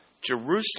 Jerusalem